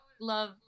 love